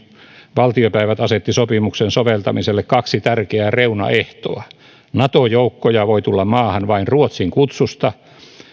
valtiopäivät asettivat sopimuksen soveltamiselle kaksi tärkeää reunaehtoa nato joukkoja voi tulla maahan vain ruotsin kutsusta